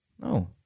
No